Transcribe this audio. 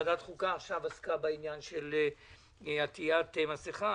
ועדת החוקה עכשיו עסקה בעניין הקנס על אי-עטיית מסכה,